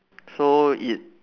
so it